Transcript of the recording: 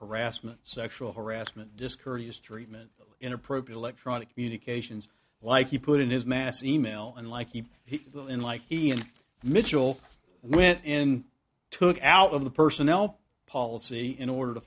harassment sexual harassment discourteous treatment inappropriate electronic communications like he put in his mass e mail and like he he will in like he and mitchell and went in took out of the personnel policy in order to